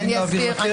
חייבים להעביר לקרן?